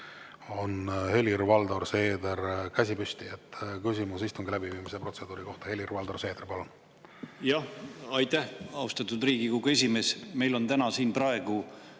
on Helir-Valdor Seedril käsi püsti, küsimus istungi läbiviimise protseduuri kohta. Helir-Valdor Seeder, palun! Aitäh, austatud Riigikogu esimees! Meil on täna siin, praegu,